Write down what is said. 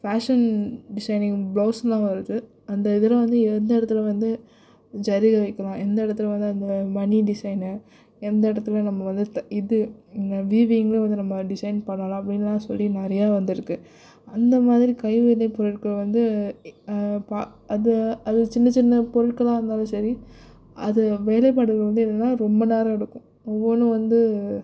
fashion designing பிலௌஸ்லாம் வருது அந்த இதில் வந்து எந்த இடத்துல வந்து ஜரிகை வைக்கலாம் எந்த இடத்துல வந்த அந்த மணி டிசைனு எந்த இடத்துல நம்ம வந்து இது என்ன வீவிங் வந்து நம்ம டிசைன் பண்ணலாம் அப்படின்னுலான் சொல்லி நிறையா வந்துருக்குது அந்தமாதிரி கை வினை பொருட்கள் வந்து அது அது பார்க்க சின்ன சின்ன பொருட்களாக இருந்தாலும் சரி அது வேலைப்பாடுகள் வந்து என்னென்னால் ரொம்ப நேரம் எடுக்கும் ஒவ்வொன்றும் வந்து